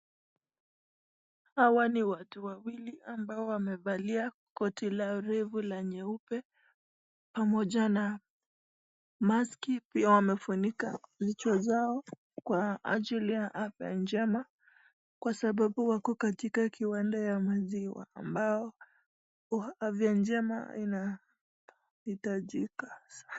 Hawa ni watu wawili ambao wamevalia koti la refu la nyeupe, pamoja na maski. Pia wamefunika vichwa zao, kwa ajili ya afya njema kwa sababu wako katika kiwanda ya maziwa, ambao afya njema inahitajika.